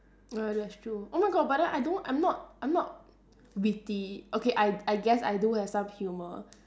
ah that's true oh my god but then I don't I'm not I'm not witty okay I I guess I do have some humour